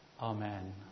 Amen